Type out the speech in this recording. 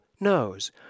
knows